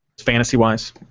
fantasy-wise